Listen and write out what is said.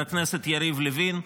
חבר הכנסת יריב לוין,